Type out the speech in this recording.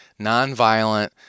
nonviolent